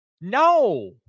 No